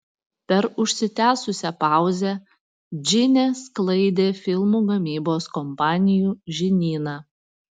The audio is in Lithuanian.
per užsitęsusią pauzę džinė sklaidė filmų gamybos kompanijų žinyną